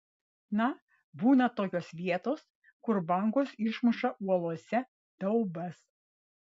na būna tokios vietos kur bangos išmuša uolose daubas